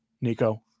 Nico